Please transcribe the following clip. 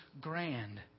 grand